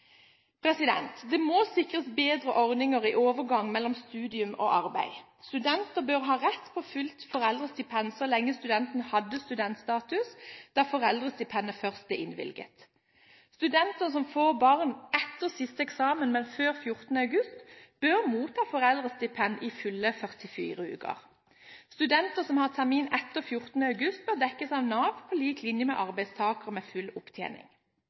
Det må sikres bedre ordninger i overgangen mellom studium og arbeid. Studenter bør ha rett på fullt foreldrestipend så lenge de hadde studentstatus da foreldrestipendet først ble innvilget. Studenter som får barn etter siste eksamen, men før 14. august, bør motta foreldrestipend i fulle 44 uker. Studenter som har termin etter 14. august, bør dekkes av Nav på lik linje med arbeidstakere med full opptjening.